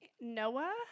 Noah